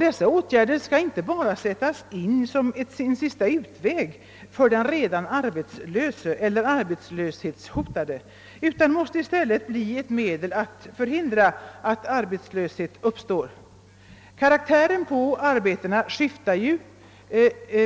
Dessa åtgärder skall inte bara sättas in som en sista utväg för den redan arbetslöse eller för den arbetslöshetshotade utan måste i stället bli ett medel för att förhindra att arbetslöshet uppstår. Arbetenas karaktär skiftar